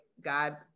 God